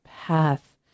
path